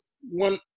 one